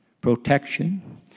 protection